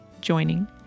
joining